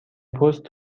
پست